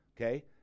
Okay